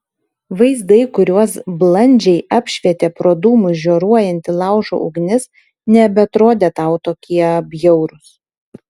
vaizdai kuriuos blandžiai apšvietė pro dūmus žioruojanti laužo ugnis nebeatrodė tau tokie bjaurūs